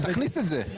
תכניס את זה.